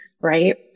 Right